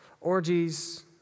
orgies